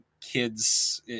kids